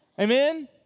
Amen